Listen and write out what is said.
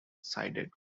sided